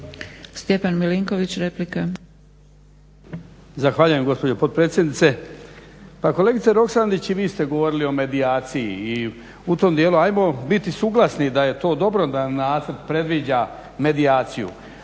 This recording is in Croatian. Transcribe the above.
Stjepan Milinković, replika.